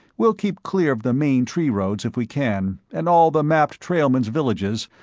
we'll keep clear of the main tree-roads if we can, and all the mapped trailmen's villages,